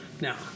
now